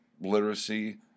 literacy